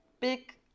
big